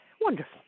wonderful